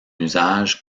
usage